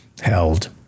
held